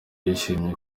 yishimiye